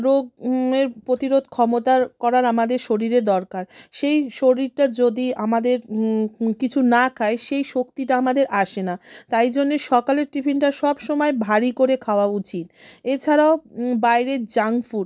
রোগ এর প্রতিরোধ ক্ষমতার করার আমাদের শরীরে দরকার সেই শরীরটা যদি আমাদের কিছু না খায় সেই শক্তিটা আমাদের আসে না তাই জন্যে সকালের টিফিনটা সবসময় ভারী করে খাওয়া উচিত এছাড়াও বাইরের জাঙ্ক ফুড